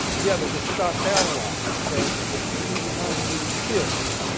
yeah, they get shot down a lot because they're just green behind the ears kids.